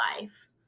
life